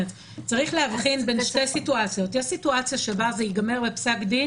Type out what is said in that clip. לצד זה תותקן חובת דיווח לוועדה למשך 5